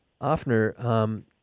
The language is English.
Offner